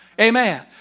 Amen